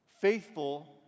Faithful